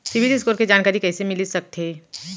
CIBIL score के जानकारी कइसे मिलिस सकथे?